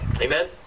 Amen